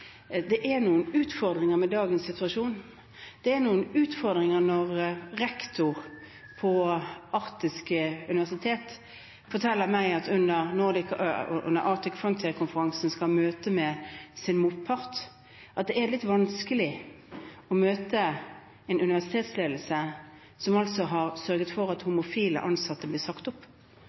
det er noen utfordringer med dagens situasjon. Det er noen utfordringer når rektor ved Norges arktiske universitet forteller meg at han under Arctic Frontiers-konferansen skal ha møte med sin motpart, men at det er litt vanskelig å møte en universitetsledelse som altså har sørget for at homofile ansatte blir sagt opp